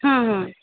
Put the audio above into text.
হুম হুম